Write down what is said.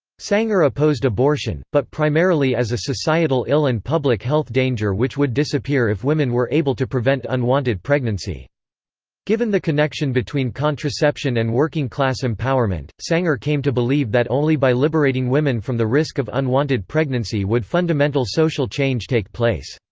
sanger opposed abortion, but primarily as a societal ill and public health danger which would disappear if women were able to prevent unwanted pregnancy given the connection between contraception and working-class empowerment, sanger came to believe that only by liberating women from the risk of unwanted pregnancy would fundamental social change take place.